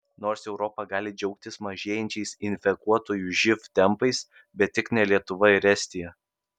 nors europa gali džiaugtis mažėjančiais infekuotųjų živ tempais bet tik ne lietuva ir estija